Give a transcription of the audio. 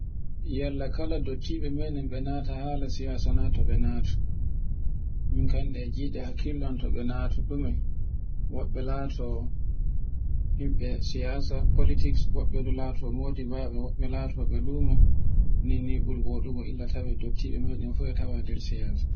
Yalla kala dottiɓe men me naata hala siyasa nato ɓe nato. Min kam nde gide hakkilo am to ɓe nato dume, woɓɓe lato yimɓe siyasa politics woɓɓe lato modibabe, woɓɓe lato ɓe lumo nin ni ɓuri wodugo illa tawe dottiɓe men fu e tawe nder siyasa.